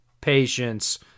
patience